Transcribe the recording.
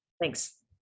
thanks